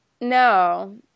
no